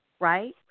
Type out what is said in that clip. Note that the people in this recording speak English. right